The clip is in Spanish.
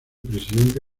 presidente